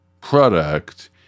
product